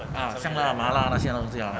ah 香辣麻辣那些东西 orh